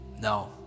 No